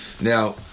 Now